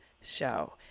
show